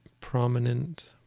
prominent